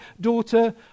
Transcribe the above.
daughter